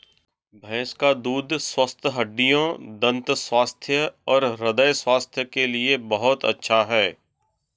भैंस का दूध स्वस्थ हड्डियों, दंत स्वास्थ्य और हृदय स्वास्थ्य के लिए बहुत अच्छा है